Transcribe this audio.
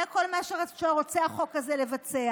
זה כל מה שרוצה החוק הזה לבצע.